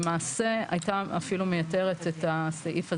למעשה אפילו הייתה מייתרת את הסעיף הזה.